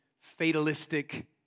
fatalistic